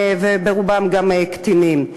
רובם קטינים.